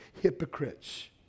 hypocrites